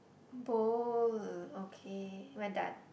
bowl okay we're done